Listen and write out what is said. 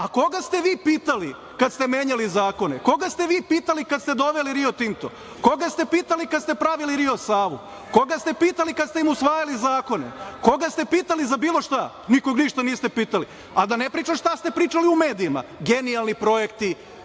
a koga ste vi pitali kada ste menjali zakone, koga ste vi pitali kada ste doveli Rio Tinto? Koga ste pitali kada ste pravili Rio Savu, koga ste pitali kada ste usvajali zakone, koga ste pitali za bilo šta? Nikoga ništa niste pitali, a da ne pričam šta ste pričali u medijima, genijalni projekti,